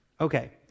Okay